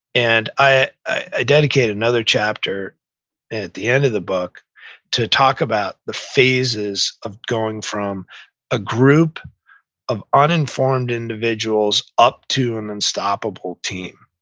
and i ah dedicate another chapter at the end of the book to talk about the phases of going from a group of uninformed individuals up to an unstoppable team.